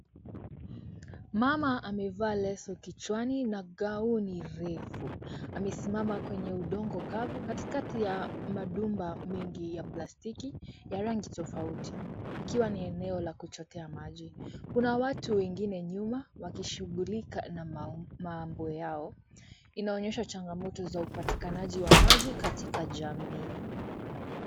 Mama amevaa leso kichwani na gauni refu. Amesimama kwenye udongo kavu katikati ya madumba mengi ya plastiki ya rangi tofauti ikiwa ni eneo la kuchotea maji. Kuna watu wengine nyuma wakishughulika na mambo yao. Inaonyesha changamoto za upatikanaji wa maji katika jamii.